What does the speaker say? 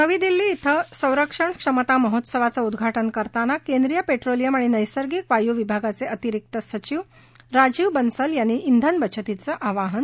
नवी दिल्ली इथं संरक्षण क्षमता महोत्सवाचं उद्घाटन करताना केंद्रीय पेट्रोलियम आणि नैसर्गिक वायु विभागाचे अतिरिक्त सचिव राजीव बन्सल यांनी इंधन बचतीचं आवाहन केलं आहे